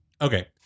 Okay